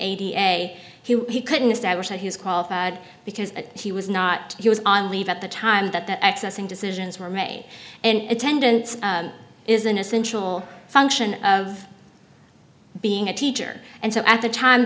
a he couldn't establish that he was qualified because he was not he was on leave at the time that that accessing decisions were made and attendance is an essential function of being a teacher and so at the time